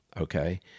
okay